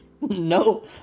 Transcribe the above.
No